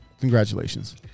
congratulations